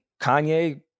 Kanye